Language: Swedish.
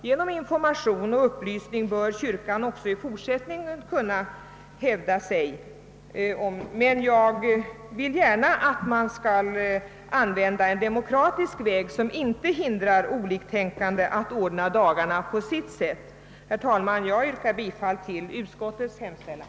Genom upplysning och information bör kyrkan också i fortsättningen kunna hävda sig. Jag vill att man skall gå en demokratisk väg och inte hindra oliktänkande att utnyttja dagarna på det sätt de önskar. Herr talman! Jag yrkar bifall till utskottets hemställan.